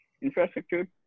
infrastructure